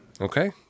Okay